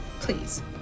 please